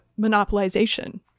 monopolization